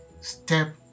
step